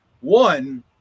One